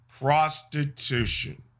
prostitution